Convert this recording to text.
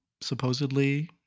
supposedly